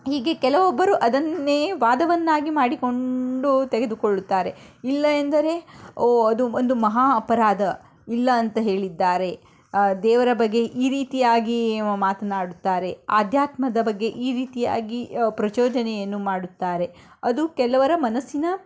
ಹೀಗೆ ಕೆಲವೊಬ್ಬರು ಅದನ್ನೇ ವಾದವನ್ನಾಗಿ ಮಾಡಿಕೊಂಡು ತೆಗೆದುಕೊಳ್ಳುತ್ತಾರೆ ಇಲ್ಲ ಎಂದರೆ ಓಹ್ ಅದು ಒಂದು ಮಹಾ ಅಪರಾಧ ಇಲ್ಲ ಅಂತ ಹೇಳಿದ್ದಾರೆ ದೇವರ ಬಗ್ಗೆ ಈ ರೀತಿಯಾಗಿ ಮಾತನಾಡುತ್ತಾರೆ ಆಧ್ಯಾತ್ಮದ ಬಗ್ಗೆ ಈ ರೀತಿಯಾಗಿ ಪ್ರಚೋದನೆಯನ್ನು ಮಾಡುತ್ತಾರೆ ಅದು ಕೆಲವರ ಮನಸ್ಸಿನ